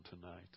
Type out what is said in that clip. tonight